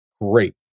great